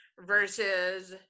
versus